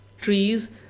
trees